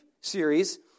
series